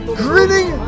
grinning